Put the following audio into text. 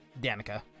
Danica